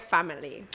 family